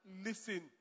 listen